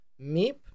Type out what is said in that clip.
Meep